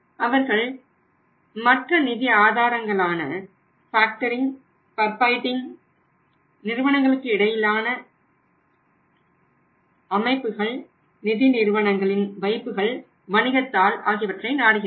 அவர்கள் மற்ற நிதி ஆதாரங்களான ஃபேக்டரிங் நிறுவனங்களுக்கு இடையிலான வைப்புகள் நிதி நிறுவனங்களின் வைப்புகள் வணிகத்தாள் ஆகியவற்றை நாடுகின்றனர்